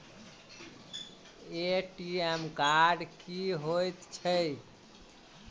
ATM card की हएत छै?